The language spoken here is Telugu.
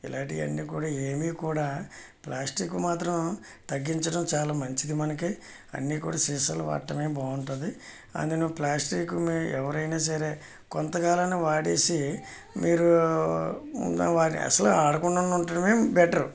ఇలాంటివన్నీ కూడా ఏమీ కూడా ప్లాస్టిక్ మాత్రం తగ్గించడం చాలా మంచిది మనకి అన్ని కూడా సీసాలు వాడటమే బాగుంటుంది కానీ నువ్వు ప్లాస్టిక్ మీ ఎవరైనా సరే కొంతకాలం వాడేసి మీరు ఉన్న వాటిని అసలు ఆడకుండా ఉండడమే బెటర్